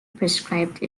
prescribed